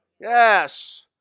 Yes